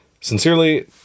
Sincerely